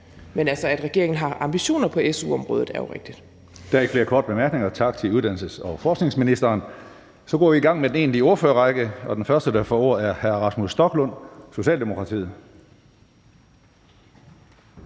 Kl. 10:13 Tredje næstformand (Karsten Hønge): Der er ikke flere korte bemærkninger. Tak til uddannelses- og forskningsministeren. Så går vi i gang med den egentlige ordførerrække, og den første, der får ordet, er hr. Rasmus Stoklund, Socialdemokratiet.